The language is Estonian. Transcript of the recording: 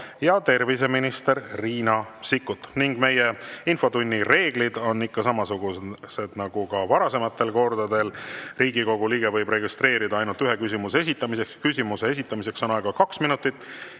ja terviseminister Riina Sikkut. Meie infotunni reeglid on ikka samasugused nagu ka varasematel kordadel. Riigikogu liige võib registreeruda ainult ühe küsimuse esitamiseks. Küsimuse esitamiseks on aega kaks minutit